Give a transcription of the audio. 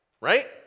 right